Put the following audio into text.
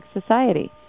Society